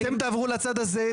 אתם תעברו לצד הזה,